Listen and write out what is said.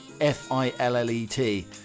f-i-l-l-e-t